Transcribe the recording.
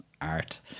art